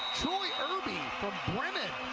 troy irby from brennan.